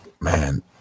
man